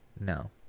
no